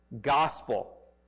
gospel